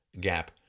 gap